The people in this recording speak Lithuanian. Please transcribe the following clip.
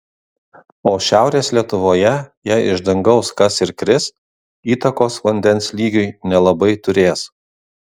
o šiaurės lietuvoje jei iš dangaus kas ir kris įtakos vandens lygiui nelabai turės